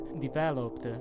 developed